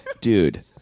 Dude